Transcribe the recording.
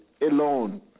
alone